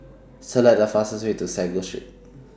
Select The fastest Way to Sago Street